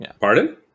Pardon